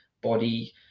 body